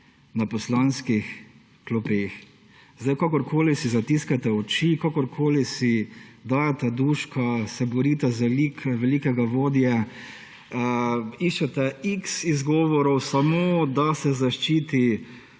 na poslanskih klopeh. Kakorkoli si zatiskate oči, kakorkoli si dajete duška, se borite za lik velikega vodje, iščete iks izgovorov, samo da se zaščiti